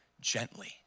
gently